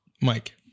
Mike